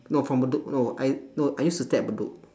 no from bedok no I no I used to stay at bedok